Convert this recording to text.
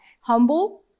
Humble